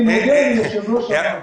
אני מודה ליושב-ראש הוועדה.